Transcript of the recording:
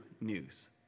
news